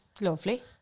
Lovely